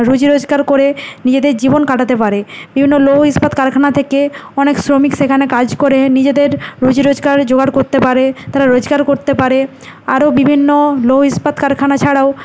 রুজি রোজগার করে নিজেদের জীবন কাটাতে পারে বিভিন্ন লৌহ ইস্পাত কারখানা থেকে অনেক শ্রমিক সেখানে কাজ করে নিজেদের রুজি রোজগার জোগাড় করতে পারে তারা রোজগার করতে পারে আরো বিভিন্ন লৌহ ইস্পাত কারখানা ছাড়াও